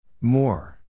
More